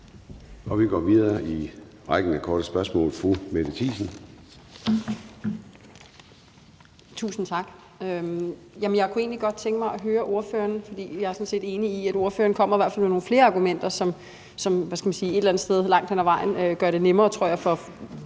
Vi går videre i rækken af korte bemærkninger. Fru Mette Thiesen. Kl. 10:24 Mette Thiesen (UFG): Tusind tak. Jeg kunne egentlig godt tænke mig at høre ordføreren om noget. Jeg er sådan set enig i, at ordføreren i hvert fald kommer med nogle flere argumenter, som et eller andet sted langt hen ad vejen gør det nemmere, tror jeg, for